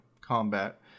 combat